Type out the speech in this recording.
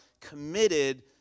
committed